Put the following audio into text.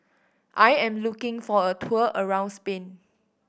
I am looking for a tour around Spain